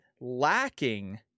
lacking